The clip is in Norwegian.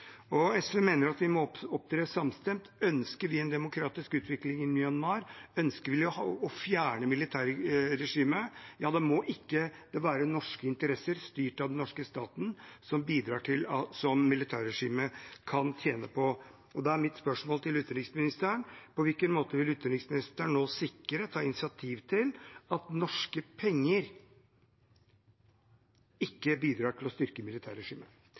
SV mener at vi må opptre samstemt. Ønsker vi en demokratisk utvikling i Myanmar, og ønsker vi å fjerne militærregimet, da må det ikke være norske interesser styrt av den norske staten som militærregimet kan tjene på. Da er mitt spørsmål til utenriksministeren: På hvilken måte vil hun nå sikre og ta initiativ til at norske penger ikke bidrar til å styrke militærregimet?